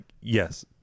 yes